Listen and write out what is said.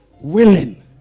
willing